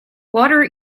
water